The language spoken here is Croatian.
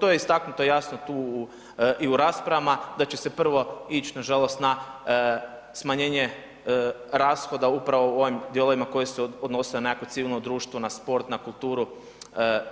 To je istaknuto jasno i u raspravama da će se prvo ić nažalost na smanjenje rashoda upravo u ovim dijelovima koje se odnose na nekakvo civilno društvo na sport, na kulturu